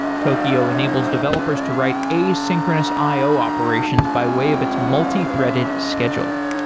tokio enables developers to write asynchronous io operations by way of its multithreaded scheduler.